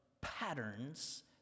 patterns